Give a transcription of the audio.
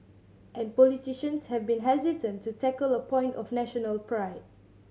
and politicians have been hesitant to tackle a point of national pride